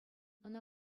ӑна